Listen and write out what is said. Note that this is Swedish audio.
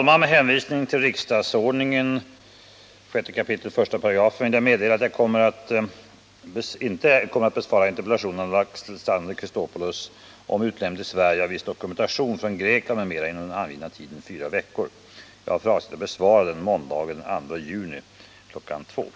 meddela att jag inte kommer att besvara interpellationen av Alexander Chrisopoulos om utlämning till Sverige av viss dokumentation från Grekland inom den angivna tiden fyra veckor. Jag har för avsikt att besvara den måndagen den 2 juni kl. 14.00.